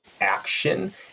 action